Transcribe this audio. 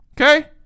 Okay